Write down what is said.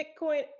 Bitcoin